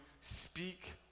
speak